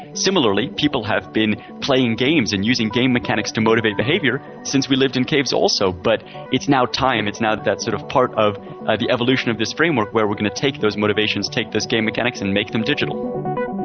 similarly, people have been playing games and using game mechanics to motivate behaviour, since we lived in caves also, but it's now time, it's now that sort of part of the evolution of this framework where we're going to take those motivations, take those game mechanics and make them digital.